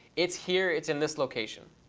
it's here, it's in this location,